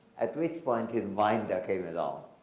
at which point, his minder came along.